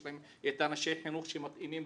יש להם את אנשי החינוך שמתאימים.